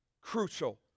crucial